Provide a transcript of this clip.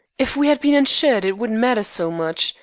if we had been insured it wouldn't matter so much.